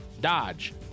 Dodge